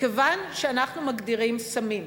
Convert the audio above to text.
כיוון שאנחנו מגדירים סמים,